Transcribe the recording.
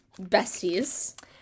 Besties